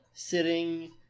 Sitting